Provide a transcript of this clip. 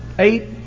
Eight